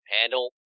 handle